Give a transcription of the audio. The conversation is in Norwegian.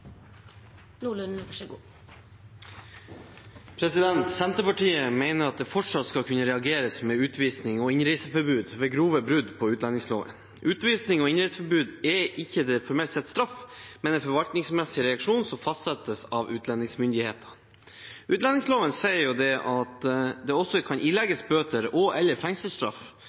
Senterpartiet mener at det fortsatt skal kunne reageres med utvisning og innreiseforbud ved grove brudd på utlendingsloven. Utvisning og innreiseforbud er ikke formelt sett straff, men en forvaltningsmessig reaksjon som fastsettes av utlendingsmyndighetene. Utlendingsloven sier at det kan ilegges bøter og/eller fengselsstraff